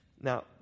Now